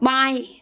बाएँ